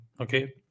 Okay